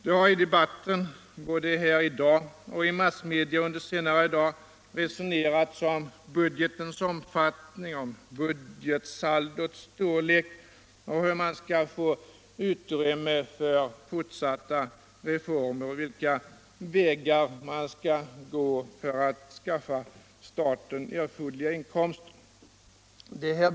Det har i debatten — både här i dag och i massmedia under senare dagar — resonerats om budgetens utformning, om budgetsaldots storlek och om hur man skall få utrymme för fortsatta reformer, vilka vägar man skall gå för att skaffa staten erforderliga inkomster.